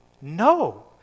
No